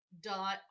dot